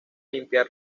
limpiar